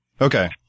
okay